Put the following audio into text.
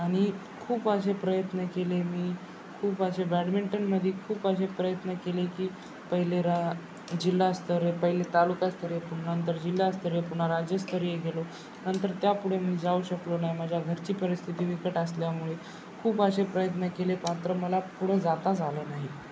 आणि खूप असे प्रयत्न केले मी खूप असे बॅडमिंटनमध्ये खूप असे प्रयत्न केले की पहिले रा जिल्हास्तरवर पहिले तालुकास्तरीवर पुन नंंतर जिल्हास्तरीय पुन्हा राज्यस्तरीय गेलो नंतर त्या पुढे मी जाऊ शकलो नाही माझ्या घरची परिस्थिती बिकट असल्यामुळे खूप असे प्रयत्न केले मात्र मला पुढं जाताच आलं नाही